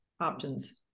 options